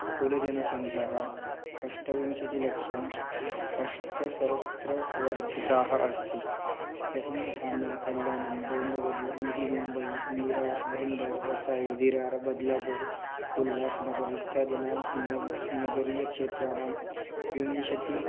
कुलजनसङ्ख्या अष्टविंशतिलक्षम् अष्टसहस्रवर्धिता अस्ति यस्मिन् ठाने कल्याणं डोम्बवलि नविमुम्बै मीरा भेण्डर् वसायि विरार् बद्लापुर् उल्लास्नगर् इत्यादीनां नगरं नगरीयक्षेत्राणां विंशतिः